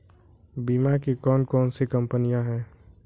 बीमा की कौन कौन सी कंपनियाँ हैं?